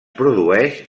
produeix